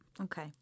Okay